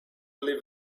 live